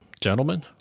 Gentlemen